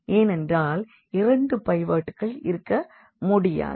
ஏனென்றால் இரண்டு பைவோட்கள் இருக்க முடியாது